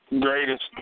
greatest